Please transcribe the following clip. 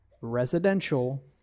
residential